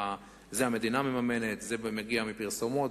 את זה המדינה מממנת, וזה מגיע מפרסומות.